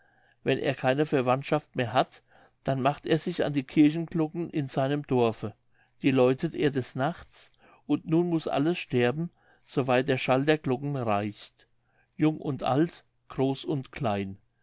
wenn er keine verwandtschaft mehr hat dann macht er sich an die kirchenglocken in seinem dorfe die läutet er des nachts und nun muß alles sterben so weit der schall der glocken reicht jung und alt groß und klein